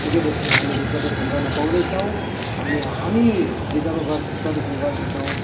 पुगे पछि हामीले प्रदर्शन गर्न पाउँदैछौँ अनि हामीले जब गर् प्रदर्शन गर्दछौँ